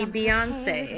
Beyonce